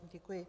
Děkuji.